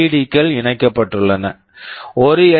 D LED க்கள் இணைக்கப்பட்டுள்ளன ஒரு எல்